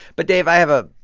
but, dave, i have a.